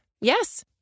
Yes